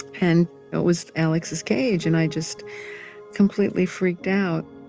and it was alex's cage and i just completely freaked out.